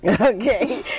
okay